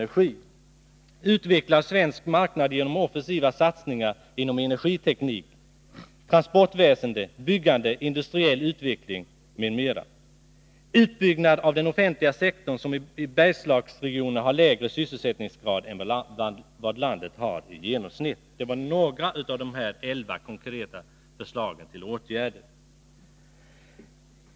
Utbyggnad av den offentliga sektorn, som i Bergslagen har lägre sysselsättningsgrad än vad landet har i genomsnitt. Det var några av de elva konkreta förslagen till åtgärder.